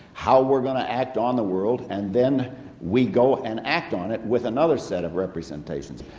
how we're going to act on the world, and then we go and act on it with another set of representations.